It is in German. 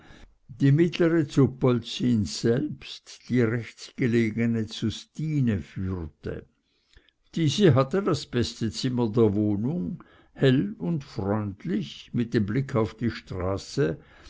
die mittlere zu polzins selbst die rechts gelegene zu stine führte diese hatte das beste zim mer der wohnung hell und freundlich mit dem blick auf die straße